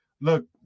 Look